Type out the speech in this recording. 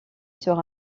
sur